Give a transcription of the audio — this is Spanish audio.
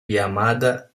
llamada